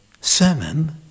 sermon